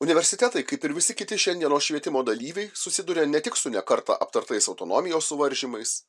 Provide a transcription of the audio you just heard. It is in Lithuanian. universitetai kaip ir visi kiti šiandienos švietimo dalyviai susiduria ne tik su ne kartą aptartais autonomijos suvaržymais